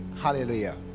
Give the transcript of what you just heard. Hallelujah